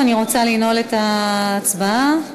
אני נועלת את ההצבעה.